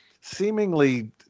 seemingly